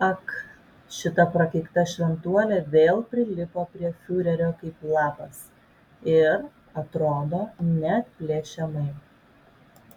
ak šita prakeikta šventuolė vėl prilipo prie fiurerio kaip lapas ir atrodo neatplėšiamai